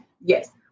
yes